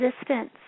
existence